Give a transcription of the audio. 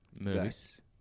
Moose